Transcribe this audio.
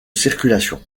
circulation